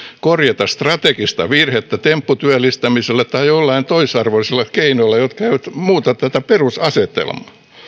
korjata strategista virhettä tempputyöllistämisellä tai joillain toisarvoisilla keinoilla jotka eivät muuta tätä perusasetelmaa